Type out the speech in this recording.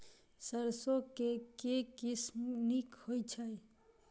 सैरसो केँ के किसिम नीक होइ छै?